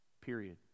Period